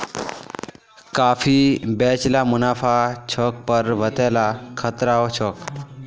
काफी बेच ल मुनाफा छोक पर वतेला खतराओ छोक